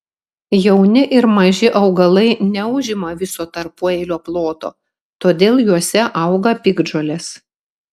jauni ir maži augalai neužima viso tarpueilio ploto todėl juose auga piktžolės